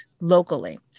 locally